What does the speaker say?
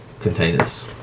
containers